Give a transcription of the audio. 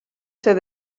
ser